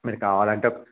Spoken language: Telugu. మీరు కావాలంటే